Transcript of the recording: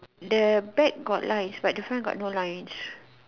the bag got lines but the front got no lines